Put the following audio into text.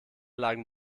lagen